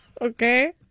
Okay